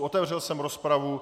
Otevřel jsem rozpravu.